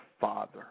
father